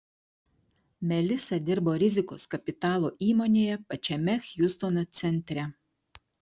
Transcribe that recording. melisa dirbo rizikos kapitalo įmonėje pačiame hjustono centre